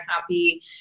happy